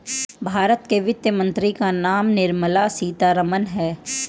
भारत के वित्त मंत्री का नाम निर्मला सीतारमन है